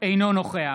אינו נוכח